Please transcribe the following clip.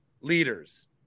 leaders